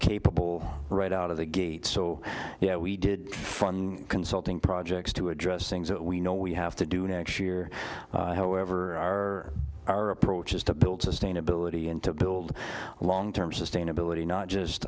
capable right out of the gate so yeah we did consulting projects to address things that we know we have to do next year however are our approach is to build sustainability and to build long term sustainability not just